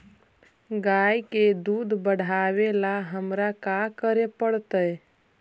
गाय के दुध बढ़ावेला हमरा का करे पड़तई?